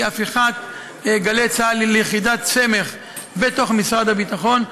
היא הפיכת גלי צה"ל ליחידת סמך בתוך משרד הביטחון,